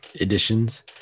editions